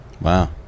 Wow